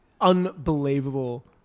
unbelievable